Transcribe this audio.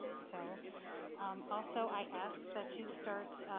so also i ask that you start